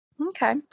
Okay